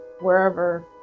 wherever